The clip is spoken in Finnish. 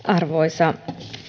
arvoisa